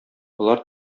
болар